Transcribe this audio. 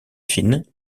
fine